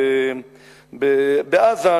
בעזה,